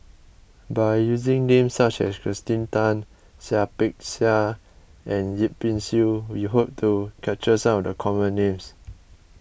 by using names such as Kirsten Tan Seah Peck Seah and Yip Pin Xiu we hope to capture some of the common names